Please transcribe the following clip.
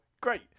great